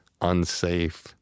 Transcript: unsafe